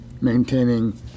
maintaining